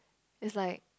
is like